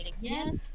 yes